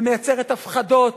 ומייצרת הפחדות